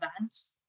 events